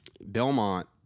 Belmont